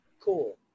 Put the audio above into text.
cool